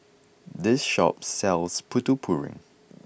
this shop sells Putu Piring